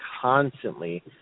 constantly